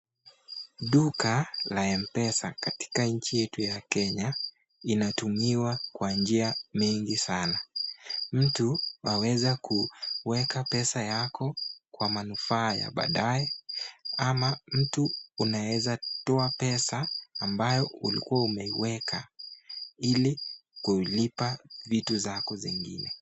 Duka la M-pesa katika nchi yetu ya Kenya inatumiwa kwa njia mingi sana. Mtu waweza kuweka pesa yako kwa manufaa ya baadae ama mtu unaweza toa pesa ambayo ulikuwa umeiweka ili kulipa vitu zako zingine.